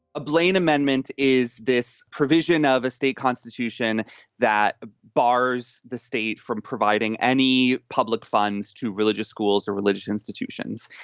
a blaine amendment is this provision of a state constitution that ah bars the state from providing any public funds to religious schools or religious institutions.